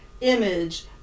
image